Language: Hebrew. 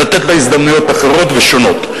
לתת לו הזדמנויות אחרות ושונות.